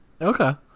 Okay